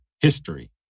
history